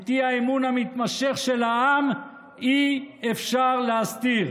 את האי-אמון המתמשך של העם אי-אפשר להסתיר.